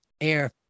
air